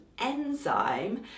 enzyme